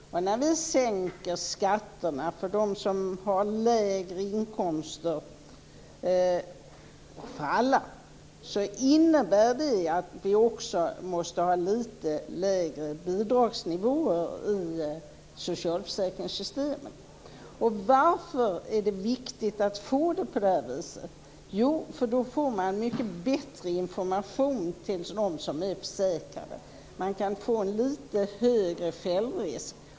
När vi sänker skatterna för dem som har lägre inkomster, och för alla, innebär det att vi också måste ha lite lägre bidragsnivåer i socialförsäkringssystemen. Varför är det viktigt att få det på det här viset? Jo, för då får man mycket bättre information till dem som är försäkrade. Man kan få en lite högre självrisk.